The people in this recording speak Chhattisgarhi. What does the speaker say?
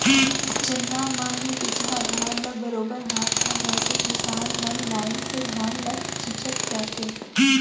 चिन्हा म ही बीजहा धान ल बरोबर हाथ म धरके किसान मन लाइन से धान ल छींचत जाथें